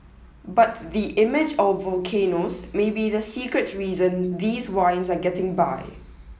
but the image of volcanoes may be the secret reason these wines are getting buy